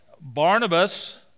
Barnabas